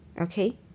Okay